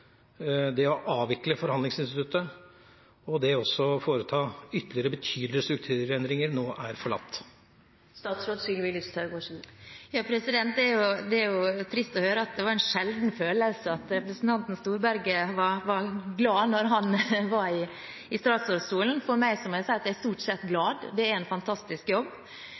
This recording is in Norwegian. å avvikle forhandlingsinstituttet og også å foreta ytterligere betydelige strukturendringer, nå er forlatt? Det er jo trist å høre at det var en sjelden følelse at representanten Storberget var glad da han satt i statsrådsstolen. Jeg må si at jeg stort sett er glad. Det er en fantastisk jobb.